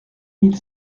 mille